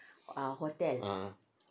ah